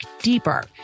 deeper